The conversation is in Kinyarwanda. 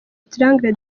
triangle